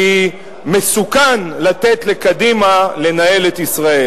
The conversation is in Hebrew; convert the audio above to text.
כי מסוכן לתת לקדימה לנהל את ישראל.